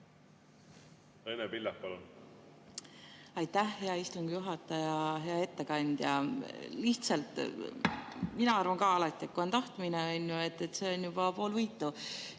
Aitäh, hea istungi juhataja! Hea ettekandja! Mina arvan ka alati, et kui on tahtmine, siis see on juba pool võitu.